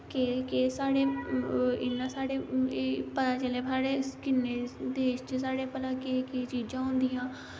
केह् केह् इयां साढ़े पता चलेआ साढ़े किन्ने देश च साढ़े भला केह् केह् चीजां होंदियां